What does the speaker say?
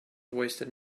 wasted